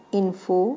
info